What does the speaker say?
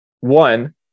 one